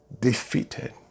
defeated